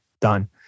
Done